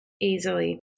easily